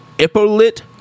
Ippolit